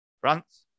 France